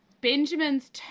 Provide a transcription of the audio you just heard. Benjamin's